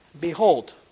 Behold